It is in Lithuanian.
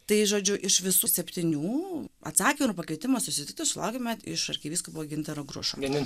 tai žodžiu iš visų septynių atsakė ir pakvietimo susitikti sulaukėme iš arkivyskupo gintaro grušo